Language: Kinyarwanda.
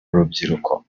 urubyiruko